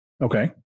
Okay